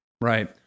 Right